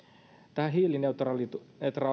tähän hiilineutraalisuuteen